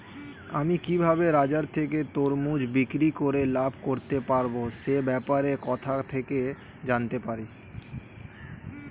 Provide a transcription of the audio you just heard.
আমি কিভাবে বাজার থেকে তরমুজ বিক্রি করে লাভ করতে পারব সে ব্যাপারে কোথা থেকে জানতে পারি?